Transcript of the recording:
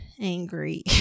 angry